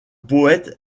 poète